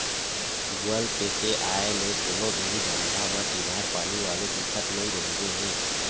Google Pay के आय ले कोनो भी धंधा म चिल्हर पानी वाले दिक्कत नइ रहिगे हे